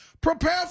Prepare